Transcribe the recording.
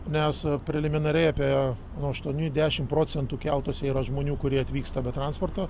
nes preliminariai apie nu aštuoni dešim procentų keltuose yra žmonių kurie atvyksta be transporto